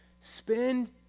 Spend